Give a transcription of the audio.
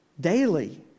daily